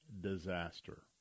disaster